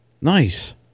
Nice